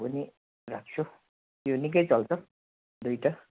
त्यो पनि राख्छु त्यो निकै चल्छ दुईवटा